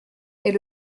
est